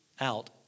out